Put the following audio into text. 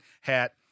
hat